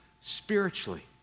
spiritually